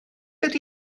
ydy